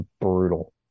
brutal